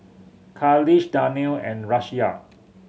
Khalish Danial and Raisya